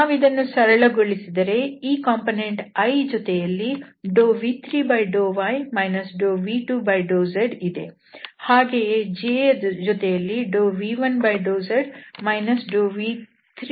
ನಾವಿದನ್ನು ಸರಳಗೊಳಿಸಿದರೆ ಈ ಕಂಪೋನೆಂಟ್ i ಜೊತೆಯಲ್ಲಿv3∂y v2∂zಇದೆ ಹಾಗೆಯೇ j ಯ ಜೊತೆಗೆ v1∂z v3∂x ಮತ್ತು k ಯ ಜೊತೆ v2∂x v1∂y ಇವೆ